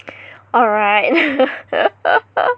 alright